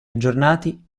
aggiornati